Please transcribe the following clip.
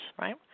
right